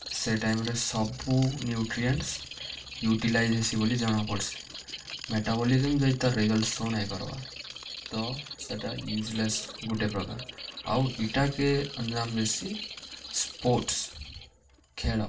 ସେ ଟାଇମ୍ରେ ସବୁ ନ୍ୟୁଟ୍ରିଏଣ୍ଟ୍ସ ୟୁଟିଲାଇଜ୍ ହେସି ବୋଲି ଜଣା ପଡ଼୍ସି ମେଟାବୋଲିଜିମ୍ ଯଦି ତା ରେଜଲ୍ଟ ସୋ ନାଇଁ କର୍ବାର୍ ତ ସେଟା ୟୁଜ୍ଲେସ୍ ଗୁଟେ ପ୍ରକାର ଆଉ ଇଟାକେ ଅନ୍ଜାମ୍ ଦେସି ସ୍ପୋର୍ଟ୍ସ ଖେଳ